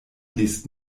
liest